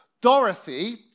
Dorothy